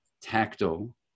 tactile